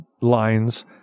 lines